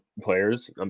players